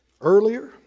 earlier